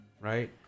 right